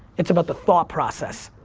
it's about the thought process.